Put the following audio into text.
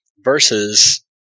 versus